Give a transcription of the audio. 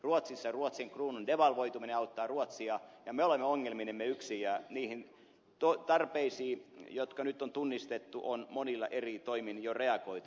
ruotsissa ruotsin kruunun devalvoituminen auttaa ruotsia ja me olemme ongelminemme yksin ja niihin tarpeisiin jotka nyt on tunnistettu on monilla eri toimin jo reagoitu